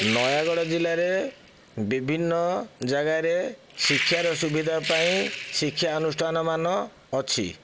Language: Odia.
ନୟାଗଡ଼ ଜିଲ୍ଲାରେ ବିଭିନ୍ନ ଜାଗାରେ ଶିକ୍ଷାର ସୁବିଧା ପାଇଁ ଶିକ୍ଷା ଅନୁଷ୍ଠାନମାନ ଅଛି